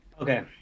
Okay